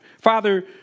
father